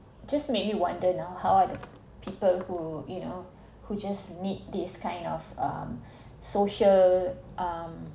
just make me wonder now how are the people who you know who just need this kind of um social um